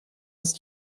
ist